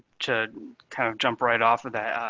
to kind of jump right off of that,